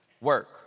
work